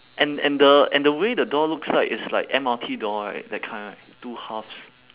and and the and the way the door looks like is like M_R_T door right that kind right two halves